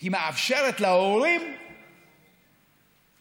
היא מאפשרת להורים לבחור.